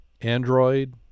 Android